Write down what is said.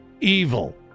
evil